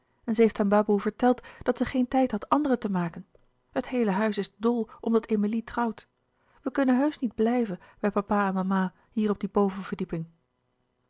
en ze heeft aan baboe verteld dat ze geen tijd had andere te maken het heele huis is dol omdat emilie trouwt we kunnen heusch niet blijven bij papa en mama hier op die bovenverdieping